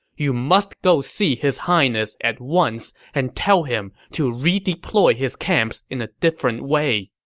you must go see his highness at once and tell him to redeploy his camps in a different way.